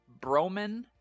Broman